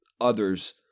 others